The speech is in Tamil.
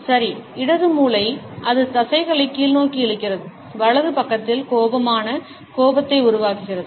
சரி இடது மூளை அதே தசைகளை கீழ்நோக்கி இழுக்கிறது வலது பக்கத்தில் கோபமான கோபத்தை உருவாக்குகிறது